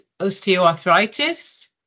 osteoarthritis